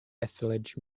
ethridge